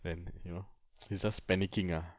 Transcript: then you know he's just panicking ah